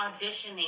auditioning